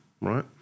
right